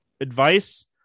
advice